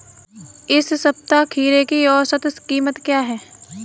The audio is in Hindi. इस सप्ताह खीरे की औसत कीमत क्या है?